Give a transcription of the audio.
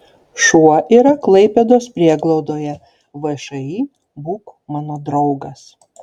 šuo yra klaipėdos prieglaudoje všį būk mano draugas